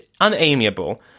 unamiable